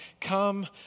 Come